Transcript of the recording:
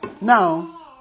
now